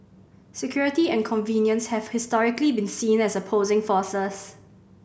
security and convenience have historically been seen as opposing forces